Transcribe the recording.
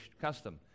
custom